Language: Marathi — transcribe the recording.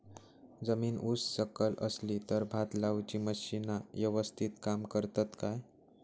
जमीन उच सकल असली तर भात लाऊची मशीना यवस्तीत काम करतत काय?